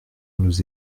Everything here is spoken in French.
nous